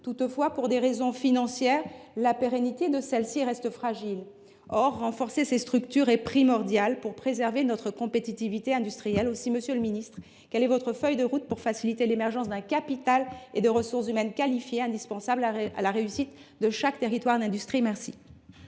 Toutefois, pour des raisons financières, leur pérennité reste fragile. Or renforcer ces structures est primordial pour préserver notre compétitivité industrielle. Aussi, monsieur le ministre, quelle est votre feuille de route pour faciliter l’émergence d’un capital et de ressources humaines qualifiées, indispensables à la réussite de chaque territoire d’industrie ? La